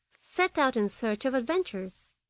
set out in search of adventures.